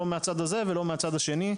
לא מהצד הזה ולא מהצד השני,